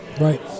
Right